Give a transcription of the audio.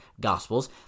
Gospels